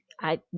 I-